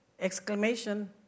Exclamation